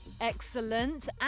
Excellent